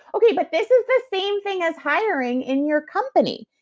okay, but this is the same thing as hiring in your company.